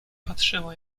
patrzyła